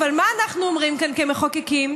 אבל מה אנחנו אומרים כאן כמחוקקים?